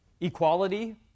Equality